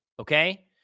Okay